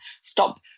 stop